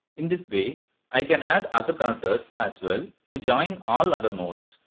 in this way i can add other connectors as well to join all other nodes.